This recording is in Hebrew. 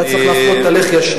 היה צריך להפנות את הלחי השנייה.